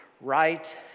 right